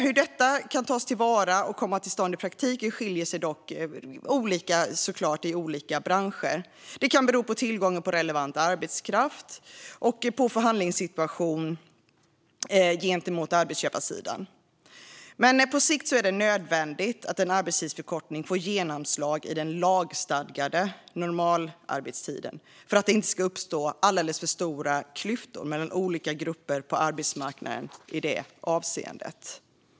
Hur detta kan tas till vara och komma till stånd i praktiken skiljer sig dock åt mellan olika branscher. Det kan bero både på tillgången på relevant arbetskraft och på förhandlingssituationen gentemot arbetsköparsidan. På sikt är det dock nödvändigt att arbetstidsförkortning får genomslag i den lagstadgade normalarbetstiden för att det inte ska uppstå för stora klyftor mellan olika grupper på arbetsmarknaden i detta avseende.